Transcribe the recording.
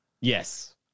yes